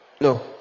no